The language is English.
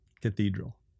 cathedral